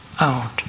out